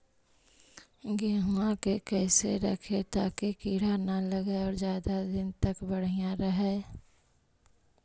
गेहुआ के कैसे रखिये ताकी कीड़ा न लगै और ज्यादा दिन तक बढ़िया रहै?